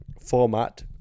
format